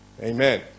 Amen